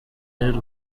ry’u